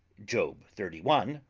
job thirty one.